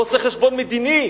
לא עושה חשבון מדיני